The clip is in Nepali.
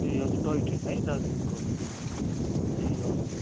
ए हजुर टोय ट्रेन है दार्जिलिङको ए हजुर